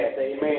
amen